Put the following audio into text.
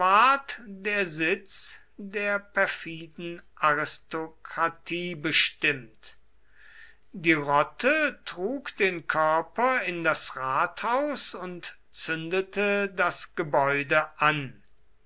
der sitz der perfiden aristokratie bestimmt die rotte trug den körper in das rathaus und zündete das gebäude an